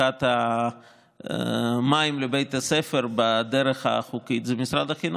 אספקת המים לבית הספר בדרך החוקית זה משרד החינוך.